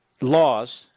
laws